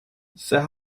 their